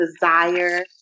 desire